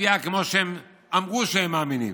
להצביע כמו שהם אמרו שהם מאמינים.